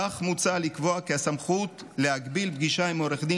כן מוצע לקבוע כי הסמכות להגביל פגישה עם עורך דין